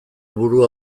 burua